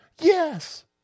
yes